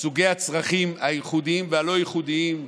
סוגי הצרכים, הייחודיים והלא-ייחודיים,